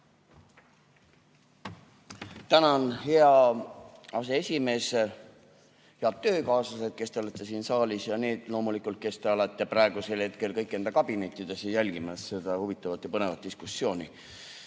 Tänan, hea aseesimees! Head töökaaslased, kes te olete siin saalis, ja loomulikult need, kes te alati praegusel hetkel kõik enda kabinettides olete jälgimas seda huvitavat ja põnevat diskussiooni!